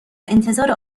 انتظار